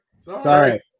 sorry